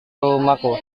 rumahku